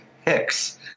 Hicks